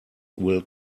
will